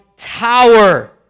Tower